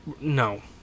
no